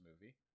movie